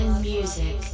music